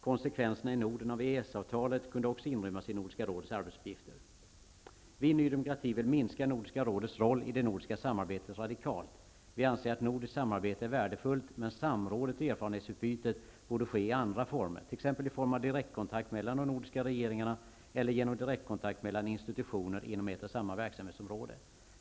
Konsekvenserna i Norden av EES-avtalet kunde också inrymmas i Nordiska rådets arbetsuppgifter. Vi i Ny demokrati vill minska Nordiska rådets roll i det nordiska samarbetet radikalt. Vi anser att nordiskt samarbete är värdefullt, men samrådet och erfarenhetsutbytet borde ske i andra former, t.ex. genom direktkontakt mellan de nordiska regeringarna eller genom direktkontakt mellan institutioner inom ett och samma verksamhetsområde.